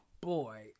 boy